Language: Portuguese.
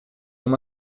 uma